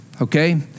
Okay